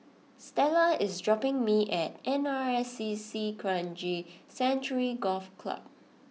Stella is dropping me at N R S C C Kranji Sanctuary Golf Club